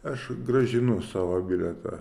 aš grąžinu savo bilietą